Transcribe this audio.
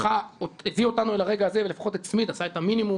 שהביא אותנו לרגע הזה ולפחות עשה את המינימום